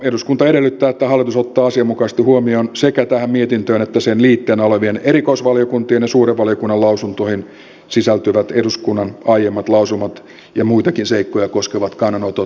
eduskunta edellyttää että hallitus ottaa asianmukaisesti huomioon sekä tähän mietintöön että sen liitteenä olevien erikoisvaliokuntien ja suuren valiokunnan lausuntoihin sisältyvät eduskunnan aiemmat lausumat ja muitakin seikkoja koskevat kannanotot